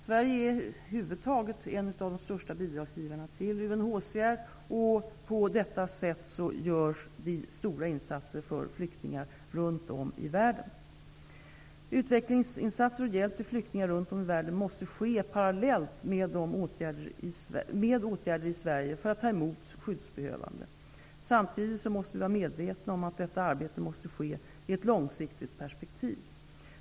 Sverige är över huvud taget en av de största bidragsgivarna till UNHCR, och på detta sätt gör vi stora insatser för flyktingar runt om i världen. Utvecklingsinsatser och hjälp till flyktingar runt om i världen måste ske parallellt med åtgärder i Sverige för att ta emot skyddsbehövande. Samtidigt måste vi vara medvetna om att detta arbete måste bedrivas i ett långsiktigt perspektiv.